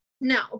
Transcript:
No